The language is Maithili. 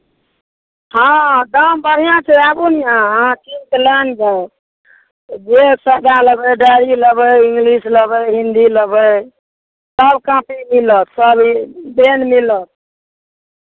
हँ दाम बढ़िआँ छै आबू ने अहाँ कीनि कऽ लए ने जाउ जेसब जे लेबै डायरी लेबै इंग्लिश लेबै हिन्दी लेबै सभ कॉपी मिलत सभ ई पेन मिलत